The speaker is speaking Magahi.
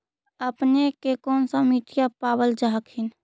अपने के कौन सा मिट्टीया पाबल जा हखिन?